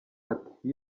ati